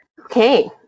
Okay